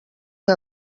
que